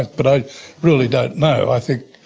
but i really don't know. i think